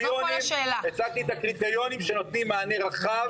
הצגתי את הקריטריונים שנותנים מענה רחב.